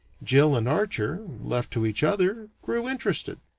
jill and archer, left to each other, grew interested.